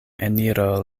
eniro